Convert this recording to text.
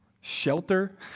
shelter